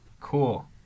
Cool